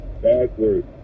backward